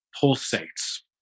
pulsates